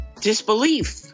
Disbelief